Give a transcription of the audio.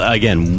again